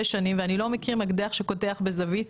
שנים ואני לא מכיר מקדח שקודח בזווית.